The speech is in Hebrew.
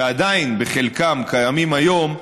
ועדיין בחלקם קיימים היום,